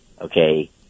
okay